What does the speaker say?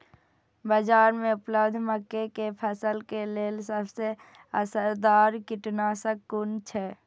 बाज़ार में उपलब्ध मके के फसल के लेल सबसे असरदार कीटनाशक कुन छै?